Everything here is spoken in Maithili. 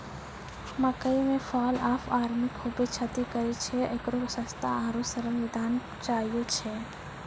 मकई मे फॉल ऑफ आर्मी खूबे क्षति करेय छैय, इकरो सस्ता आरु सरल निदान चाहियो छैय?